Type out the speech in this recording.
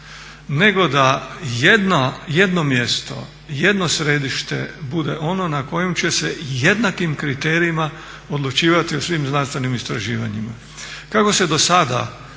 nego da jedno mjesto, jedno središte bude ono na kojem će se jednakim kriterijima odlučivati o svim znanstvenim istraživanjima. Kako se do sada